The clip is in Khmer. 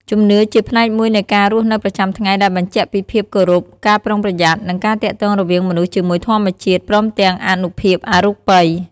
ជំនឿជាផ្នែកមួយនៃការរស់នៅប្រចាំថ្ងៃដែលបញ្ជាក់ពីភាពគោរព ការប្រុងប្រយ័ត្ន និងការទាក់ទងរវាងមនុស្សជាមួយធម្មជាតិ ព្រមទាំងអានុភាពអរូបី។